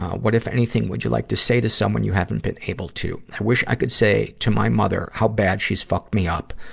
what, if anything, would you like to say to someone you haven't been able to? i wish i could to my mother how bad she's fucked me up.